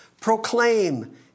Proclaim